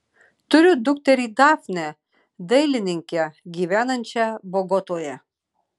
turi dukterį dafnę dailininkę gyvenančią bogotoje